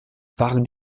waren